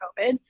COVID